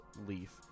leaf